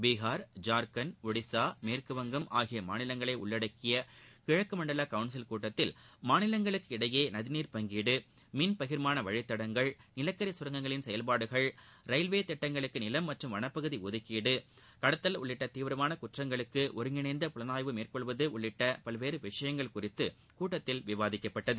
பீகார் ஜார்கண்ட் ஒடிசா மேற்கு வங்கம் ஆகிய மாநிலங்களை உள்ளடக்கிய கிழக்கு மண்டல கவுன்சில் கூட்டத்தில் மாநிலங்களுக்கு இடையே நதிநீர் பங்கீடு மின் பகிர்மான வழித்தடங்கள் நிலக்கரி சுரங்கங்களின் செயல்பாடுகள் ரயில்வே திட்டங்களுக்கு நிலம் மற்றும் வனப்பகுதி ஒதுக்கீடு கடத்தல் உள்ளிட்ட தீவிரமான குற்றங்களுக்கு ஒருங்கிணைந்த புலனாய்வு மேற்கொள்வது உள்ளிட்ட பல்வேறு விஷயங்கள் குறித்து கூட்டத்தில் விவாதிக்கப்பட்டது